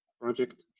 project